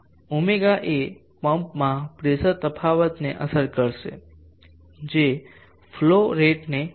ω એ પંપ માં પ્રેસર તફાવત ને અસર કરશે જે ફ્લોવ રેટ ને પણ અસર કરશે